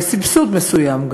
גם בסבסוד מסוים,